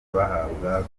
bahabwa